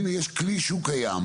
הנה יש כלי שהוא קיים,